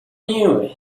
knew